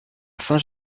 saint